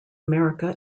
america